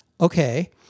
Okay